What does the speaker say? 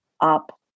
up